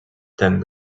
then